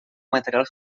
material